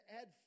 add